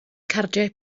cardiau